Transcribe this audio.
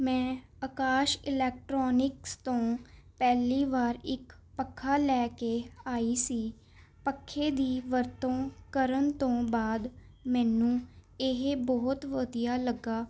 ਮੈਂ ਆਕਾਸ਼ ਇਲੈਕਟ੍ਰੋਨਿਕਸ ਤੋਂ ਪਹਿਲੀ ਵਾਰ ਇੱਕ ਪੱਖਾ ਲੈ ਕੇ ਆਈ ਸੀ ਪੱਖੇ ਦੀ ਵਰਤੋਂ ਕਰਨ ਤੋਂ ਬਾਅਦ ਮੈਨੂੰ ਇਹ ਬਹੁਤ ਵਧੀਆ ਲੱਗਾ